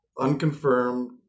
unconfirmed